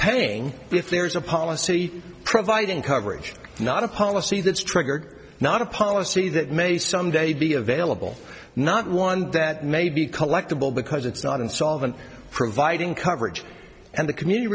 paying if there's a policy providing coverage not a policy that's triggered not a policy that may someday be available not one that may be collectable because it's not insolvent providing coverage and the